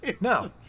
No